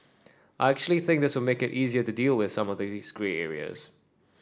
I actually think this will make it easier to deal with some of these grey areas